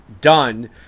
done